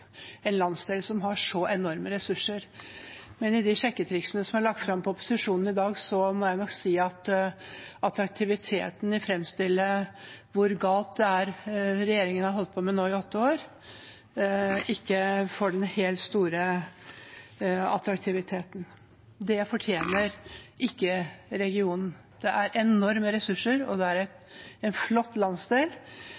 en landsdel som har så enorme ressurser. Men til de sjekketriksene som er lagt fram fra opposisjonen i dag, må jeg nok si at å framstille hvor galt det som regjeringen har holdt på med i åtte år, er, ikke får den helt store attraktiviteten. Det fortjener ikke regionen. Det er enorme ressurser, og det er